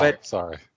Sorry